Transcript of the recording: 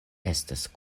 estas